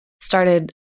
started